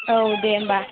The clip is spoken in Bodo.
औ दे होमब्ला